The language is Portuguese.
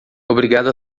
obrigado